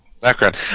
Background